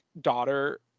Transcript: daughter